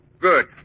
Good